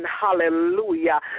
Hallelujah